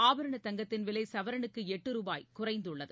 ஆபரணத் தங்கத்தின் விலைசவரனுக்குளட்டு ரூபாய் குறைந்துள்ளது